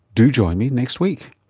do join me next week